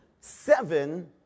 seven